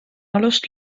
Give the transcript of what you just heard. alust